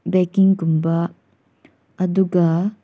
ꯕꯦꯛꯀꯤꯡꯒꯨꯝꯕ ꯑꯗꯨꯒ